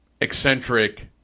Eccentric